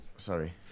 Sorry